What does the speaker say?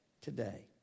today